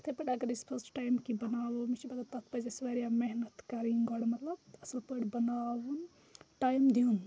یِتھٕے پٲٹھۍ اگر أسۍ فٔسٹ ٹایم کیٚنٛہہ بَناوو مےٚ چھِ پَتہ تَتھ پَزِ اَسہِ واریاہ محنت کَرٕنۍ گۄڈٕ مطلب اَصٕل پٲٹھۍ بَناوُن ٹایِم دیُن